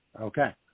okay